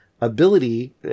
ability